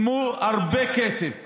שילמו הרבה כסף.